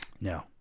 No